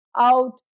out